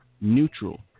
neutral